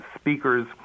speakers